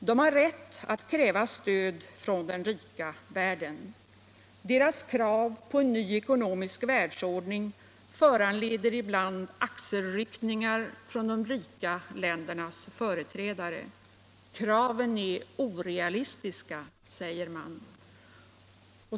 De har rätt att kräva stöd från den rika världen. Deras krav på en ny ekonomisk världsordning föranleder ibland axelryckningar från de rika ländernas företrädare. Kraven är orealistiska, säger man.